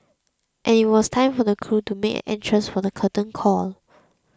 and it was time for the crew to make an entrance for the curtain call